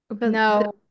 No